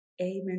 Amen